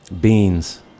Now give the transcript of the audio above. Beans